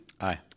Aye